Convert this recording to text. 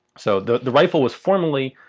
so the the rifle was formally.